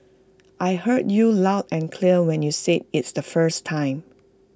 I heard you loud and clear when you said it's the first time